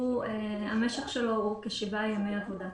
המשך שלו הוא כשבעה ימי עבודה.